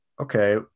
okay